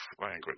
language